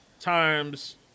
times